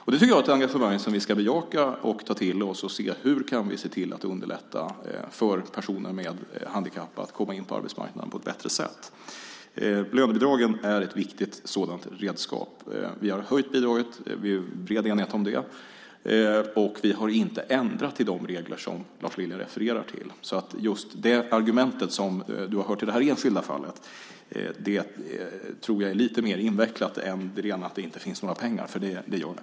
Det tycker jag är ett engagemang som vi ska bejaka och ta till oss för att se hur vi kan underlätta för personer med handikapp att komma in på arbetsmarknaden på ett bättre sätt. Lönebidraget är ett viktigt sådant redskap. Vi har höjt bidraget - det var bred enighet om det - och vi har inte ändrat i de regler som Lars Lilja refererar till. När det gäller argumentet som du har hört i det enskilda fallet tror jag att det är lite mer invecklat än att det inte finns några pengar, för det gör det.